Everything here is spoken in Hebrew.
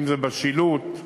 אם בשילוט.